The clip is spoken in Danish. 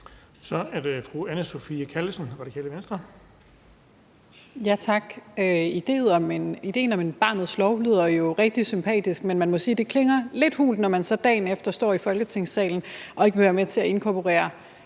Kl. 21:11 Anne Sophie Callesen (RV): Tak. Ideen om en barnets lov lyder jo rigtig sympatisk, men jeg må sige, at det klinger lidt hult, når man så dagen efter står i Folketingssalen og ikke vil være med til at inkorporere